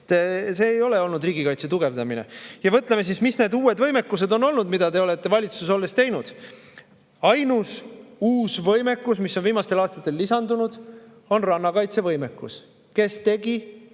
See ei ole olnud riigikaitse tugevdamine. Ja mõtleme, mis on olnud need uued võimekused, mida te olete valitsuses olles [hankinud]. Ainus uus võimekus, mis on viimastel aastatel lisandunud, on rannakaitsevõimekus. Kes tegi?